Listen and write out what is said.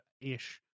ish